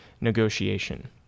negotiation